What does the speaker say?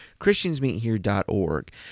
christiansmeethere.org